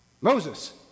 Moses